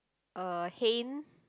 uh hayne